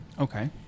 Okay